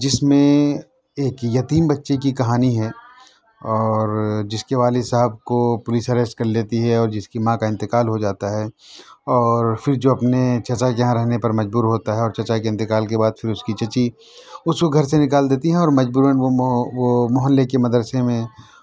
جِس میں ایک یتیم بچے کی کہانی ہے اور جِس کے والد صاحب کو پولس اریسٹ کر لیتی ہے اور جِس کی ماں کا انتقال ہو جاتا ہے اور پھر جو اپنے چَچَا کے یہاں رہنے پر مجبور ہوتا ہے اور چَچا کے انتقال کے بعد پھر اُس کی چچی اُس کو گھر سے نکال دیتی ہیں اور مجبوراََ وہ وہ محلّے کے مدرسے میں